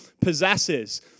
possesses